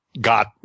got –